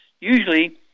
usually